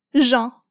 Jean